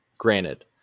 Granted